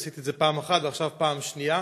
עשיתי את זה פעם אחת, ועכשיו פעם שנייה,